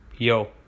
Yo